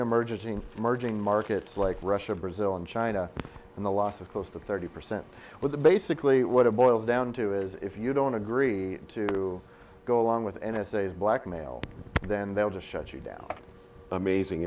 emerging margin markets like russia brazil and china and the loss of close to thirty percent with the basically what it boils down to is if you don't agree to go along with n s a s blackmail then they'll just shut you down amazing